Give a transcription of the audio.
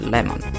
Lemon